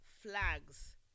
flags